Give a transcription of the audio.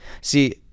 See